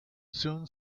soon